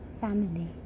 family